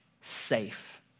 safe